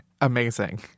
amazing